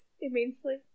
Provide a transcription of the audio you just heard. immensely